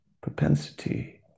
propensity